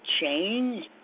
change